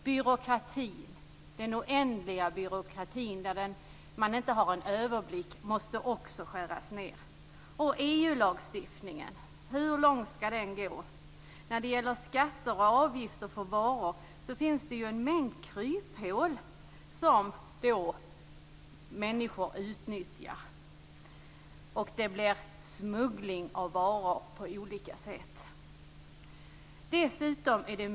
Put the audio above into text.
· Byråkratin. Den oändliga byråkratin där man inte har en överblick måste också skäras ned. · EU-lagstiftningen. Hur långt skall den gå? När det gäller skatter och avgifter för varor finns det en mängd kryphål som människor utnyttjar, och det blir smuggling av varor på olika sätt.